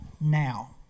now